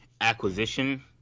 acquisition